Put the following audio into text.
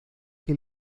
que